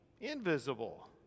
invisible